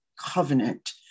covenant